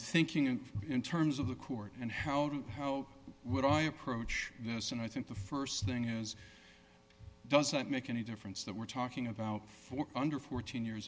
thinking in in terms of the court and how do you how would i approach this and i think the st thing is does that make any difference that we're talking about for under fourteen years